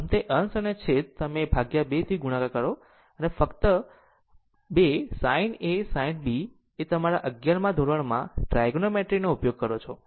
આમ તે અંશ અને છેદ કે તમે 2 થી ગુણાકાર કરો અને પછી તમે ફક્ત 2 sin A sin B એ તમારા અગિયારમાં ધોરણમાં ટ્રાયગનોમેટ્રી નો ઉપયોગ કરો છો